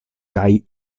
kaj